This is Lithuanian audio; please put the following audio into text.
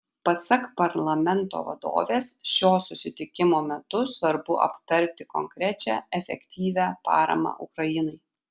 pasak parlamento vadovės šio susitikimo metu svarbu aptarti konkrečią efektyvią paramą ukrainai